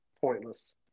pointless